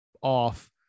off